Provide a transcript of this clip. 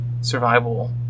survival